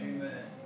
Amen